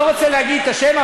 לא רוצה להגיד את השם,